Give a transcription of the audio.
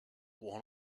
one